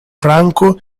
franco